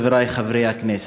חברי חברי הכנסת,